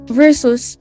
versus